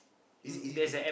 is it easy to book